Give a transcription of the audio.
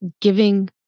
giving